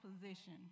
position